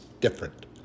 different